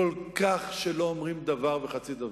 שכל כך לא אומרים דבר וחצי דבר.